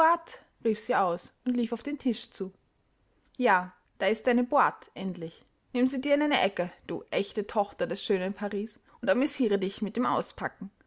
rief sie aus und lief auf den tisch zu ja da ist deine bote endlich nimm sie dir in eine ecke du echte tochter des schönen paris und amüsiere dich mit dem auspacken